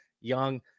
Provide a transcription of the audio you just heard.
Young